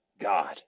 God